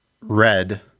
red